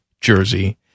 jersey